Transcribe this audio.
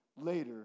later